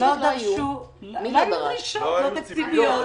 לא היו דרישות תקציביות,